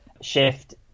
Shift